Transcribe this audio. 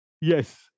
yes